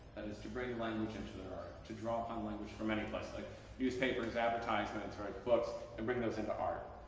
and is to bring language into their art, to draw upon language from any place, like newspapers, advertisements, or in books and bring those into art.